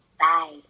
Bye